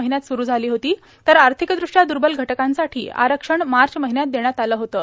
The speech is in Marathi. महिन्यात स्रू झाली होती तर आर्थिकदृष्ट्या दुर्बल घटकांसाठी आरक्षण मार्च महिन्यात देण्यात आलं होतं